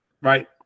right